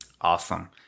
Awesome